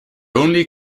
only